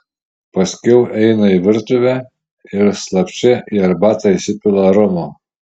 paskiau eina į virtuvę ir slapčia į arbatą įsipila romo